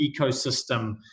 ecosystem